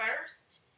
first